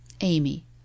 AMY